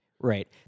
Right